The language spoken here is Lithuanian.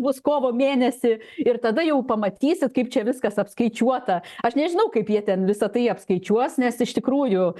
bus kovo mėnesį ir tada jau pamatysit kaip čia viskas apskaičiuota aš nežinau kaip jie ten visą tai apskaičiuos nes iš tikrųjų